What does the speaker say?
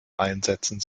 einsetzen